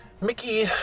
Mickey